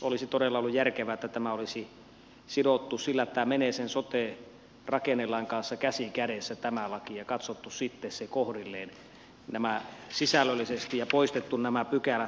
olisi todella ollut järkevää että tämä olisi sidottu siten että tämä laki menisi sen sote rakennelain kanssa käsi kädessä ja olisi katsottu sitten se kohdilleen sisällöllisesti ja poistettu nämä pykälät